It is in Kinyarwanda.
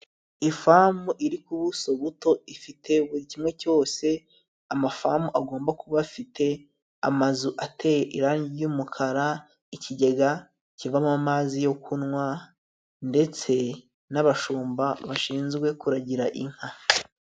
Ifamu iri ku buso buto, ifite buri kimwe cyose amafamu agomba kuba afite. Amazu ateye irangi ry'umukara, ikigega kivamo amazi yo kunywa, ndetse n'abashumba bashinzwe kuragira inka.